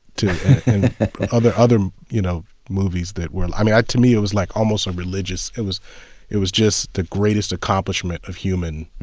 other other you know movies that were i mean, to me it was like almost um religious, it was it was just the greatest accomplishment of human,